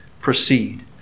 proceed